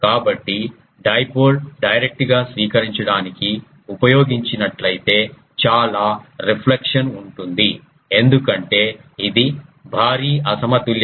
కాబట్టి dipole direct గా స్వీకరించడానికి ఉపయోగించినట్లయితే చాలా రిఫ్లెక్షన్ ఉంటుంది ఎందుకంటే ఇది భారీ అసమతుల్యత